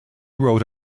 wrote